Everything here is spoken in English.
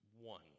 one